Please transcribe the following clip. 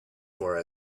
for